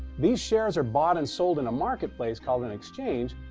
these shares are bought and sold in a marketplace called an exchange,